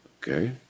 Okay